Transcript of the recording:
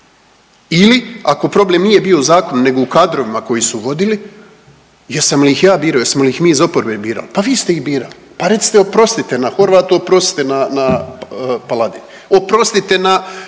ili ako problem nije bio u zakonu nego u kadrovima koji su vodili, jesam li ih ja birao, jesmo li mi iz oporbe birali? Pa vi ste ih birali, pa recite oprostite na Horvatu, oprostite na Paladina, oprostite na